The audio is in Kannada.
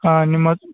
ನಿಮ್ಮ ಅತ್